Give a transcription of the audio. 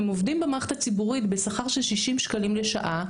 הם עובדים במערכת הציבורית בשכר של 60 שקלים לשעה,